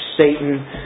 Satan